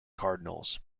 cardinals